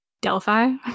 delphi